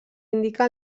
indica